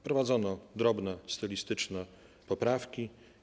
Wprowadzono drobne, stylistyczne poprawki.